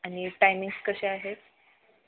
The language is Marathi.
आणि टायमिंग्स कसे आहेत